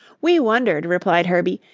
we wondered, replied herbie,